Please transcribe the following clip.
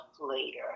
later